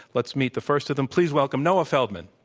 let's meet the first of them. please welcome noah feldman.